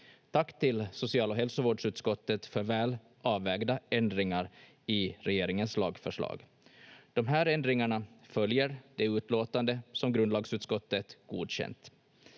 Tack till social‑ och hälsovårdsutskottet för väl avvägda ändringar i regeringens lagförslag. De här ändringarna följer det utlåtande som grundlagsutskottet godkänt.